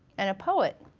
and a poet.